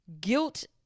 guilt